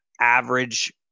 average